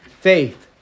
Faith